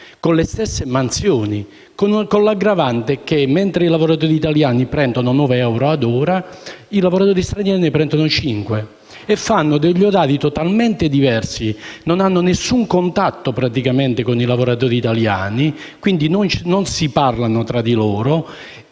con le stesse mansioni e con l'aggravante che, mentre i lavoratori italiani prendono 9 euro ad ora, i lavoratori stranieri ne prendono 5. Inoltre fanno degli orari totalmente diversi e non hanno nessun contatto con i lavoratori italiani, quindi non si parlano tra di loro.